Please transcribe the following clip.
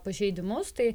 pažeidimus tai